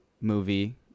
movie